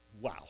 Wow